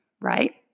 right